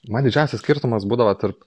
man didžiausias skirtumas būdavo tarp